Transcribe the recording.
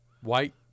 white